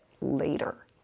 later